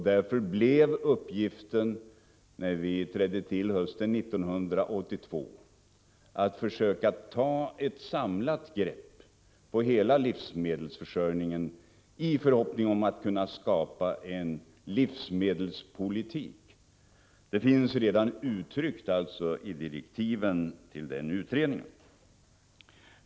Därför blev också uppgiften, när vi trädde till hösten 1982, att försöka ta ett samlat grepp på hela livsmedelsförsörjningen, i förhoppning om att kunna skapa en livsmedelspolitik. Detta finns alltså redan uttryckt i direktiven till utredningen.